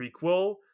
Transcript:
prequel